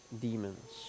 demons